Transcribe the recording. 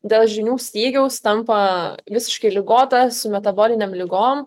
dėl žinių stygiaus tampa visiškai ligotas su metabolinėm ligom